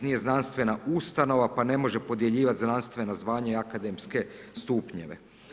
Nije znanstvena ustanova pa ne može podjeljivati znanstvena zvanja i akademske stupnjeve.